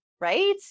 right